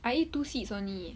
I eat two seeds only